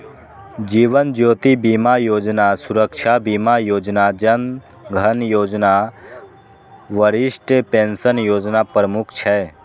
जीवन ज्योति बीमा योजना, सुरक्षा बीमा योजना, जन धन योजना, वरिष्ठ पेंशन योजना प्रमुख छै